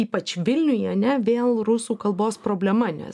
ypač vilniuje ane vėl rusų kalbos problema nes